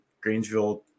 Grangeville